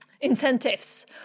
incentives